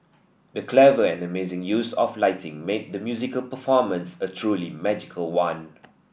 the clever and amazing use of lighting made the musical performance a truly magical one